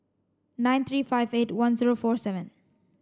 nine three five eight one zero four seven